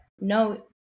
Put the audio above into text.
no